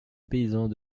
paysans